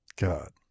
God